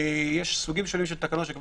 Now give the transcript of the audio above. יש סוגים שונים של תקנות שתוך